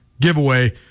giveaway